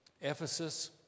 Ephesus